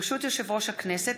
ברשות יושב-ראש הכנסת,